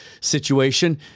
situation